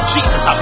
Jesus